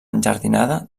enjardinada